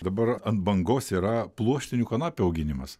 dabar ant bangos yra pluoštinių kanapių auginimas